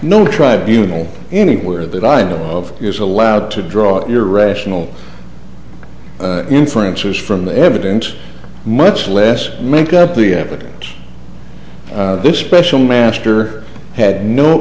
no tribunals anywhere that i know of is allowed to draw irrational inferences from the evidence much less make up the evidence this special master had no